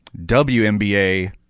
WNBA